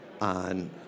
on